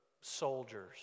soldiers